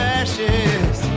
ashes